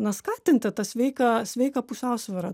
na skatinti tą sveiką sveiką pusiausvyrą